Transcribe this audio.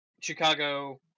Chicago